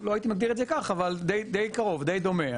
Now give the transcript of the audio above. לא הייתי מגדיר את זה כך, אבל די קרוב, די דומה.